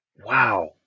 Wow